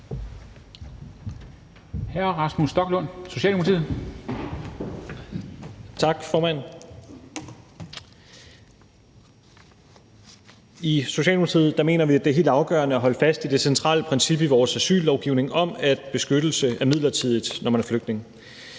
I Socialdemokratiet mener vi, det er helt afgørende at holde fast i det centrale princip i vores asyllovgivning om, at beskyttelse er midlertidig, når man er flygtning.